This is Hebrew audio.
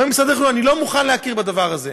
אומר משרד החינוך: אני לא מוכן להכיר בדבר זה?